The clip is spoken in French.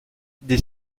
des